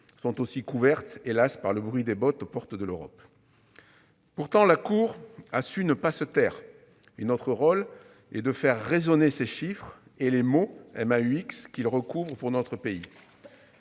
sont aussi couvertes, hélas, par le bruit des bottes aux portes de l'Europe. Pourtant, la Cour des comptes a su ne pas se taire et notre rôle est de faire résonner ses chiffres et les maux qu'ils recouvrent pour notre pays.